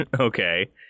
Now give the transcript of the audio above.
Okay